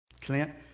Clint